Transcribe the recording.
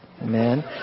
amen